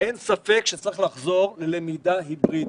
אין ספק שצריך לחזור ללמידה היברידית.